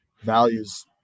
values